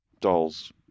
Dolls